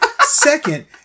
Second